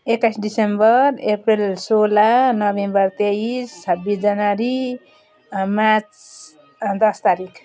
एक्काइस December April सोह्र November तेइस छाब्बिस जनवरी मार्च दस तारिक